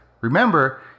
Remember